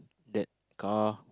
that car